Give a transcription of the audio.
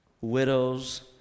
widows